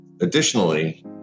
Additionally